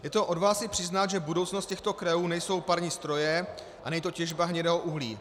Je to odvaha si přiznat, že budoucnost těchto krajů nejsou parní stroje a není to těžba hnědého uhlí.